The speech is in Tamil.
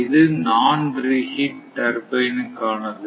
இது நான் ரி ஹிட் டர்பைன் க்கானது